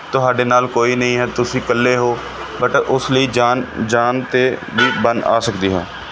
ਤੁਹਾਡੇ ਨਾਲ ਕੋਈ ਨਹੀਂ ਹੈ ਤੁਸੀਂ ਇਕੱਲੇ ਹੋ ਬਟ ਉਸ ਲਈ ਜਾਨ ਜਾਨ 'ਤੇ ਵੀ ਬਣ ਆ ਸਕਦੀ ਹੈ